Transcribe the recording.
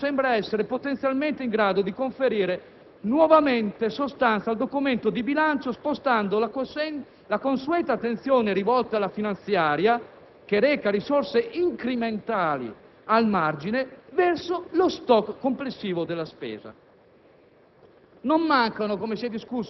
Attualmente la riclassificazione del bilancio sembra essere potenzialmente in grado di conferire nuovamente sostanza al documento di bilancio, spostando la consueta attenzione rivolta alla finanziaria (che reca risorse incrementali al margine) verso lo *stock* complessivo della spesa.